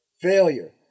failure